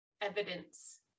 evidence